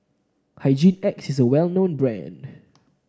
Hygin X is well known brand